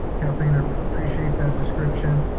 kathleen, i appreciate that description.